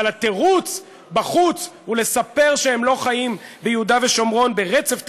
אבל התירוץ בחוץ הוא לספר שהם לא חיים ביהודה ושומרון ברצף טריטוריאלי,